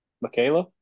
Michaela